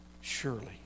Surely